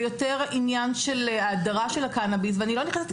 ויותר עניין של הדרה של הקנביס ואני לא נכנסת,